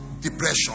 depression